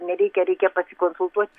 nereikia reikia pasikonsultuot